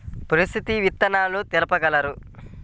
ప్రసిద్ధ విత్తనాలు తెలుపగలరు?